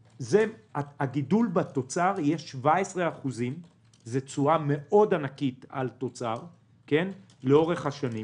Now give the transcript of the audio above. הגידול בתוצר יהיה 17%. זאת תשואה מאוד ענקית על תוצר לאורך השנים.